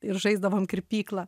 ir žaisdavom kirpyklą